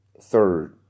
third